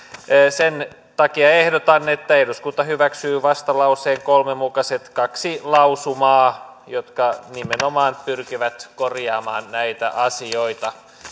sen takia ehdotan että eduskunta hyväksyy vastalauseen kolme mukaiset kaksi lausumaa jotka nimenomaan pyrkivät korjaamaan näitä asioita